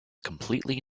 completely